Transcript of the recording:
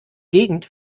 gegend